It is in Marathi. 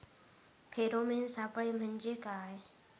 फेरोमेन सापळे म्हंजे काय?